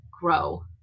Grow